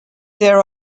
there